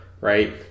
right